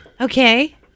okay